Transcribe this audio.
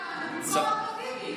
תהיה סגן במקום אחמד טיבי.